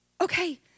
okay